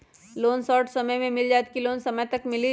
Loan short समय मे मिल जाएत कि लोन समय तक मिली?